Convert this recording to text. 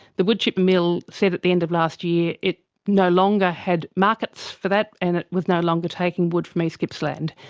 the woodchip mill said at the end of last year it no longer had markets for that and it was no longer taking wood from east gippsland,